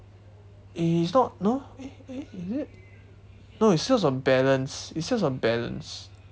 eh it's not no eh eh is it no it's sales of balance it's sales of balance